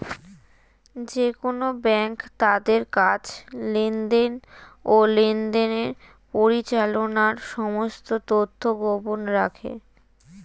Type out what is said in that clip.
যেকোন ব্যাঙ্ক তাদের কাজ, লেনদেন, ও লেনদেনের পরিচালনার সমস্ত তথ্য গোপন রাখে